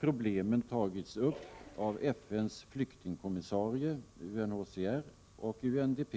Problemen har tagits upp av FN:s flyktingkommissarie, UNHCR, och av UNDP.